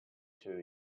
two